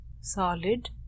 solid